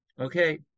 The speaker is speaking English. Okay